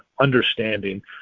understanding